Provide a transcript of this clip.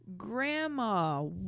grandma